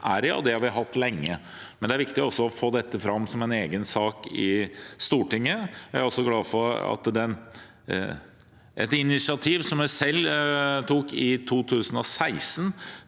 det har vi hatt lenge – men det er viktig også å få dette fram som en egen sak i Stortinget. Jeg er også glad for et initiativ som jeg selv tok i 2016.